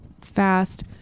fast